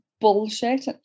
bullshit